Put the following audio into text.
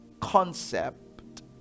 concept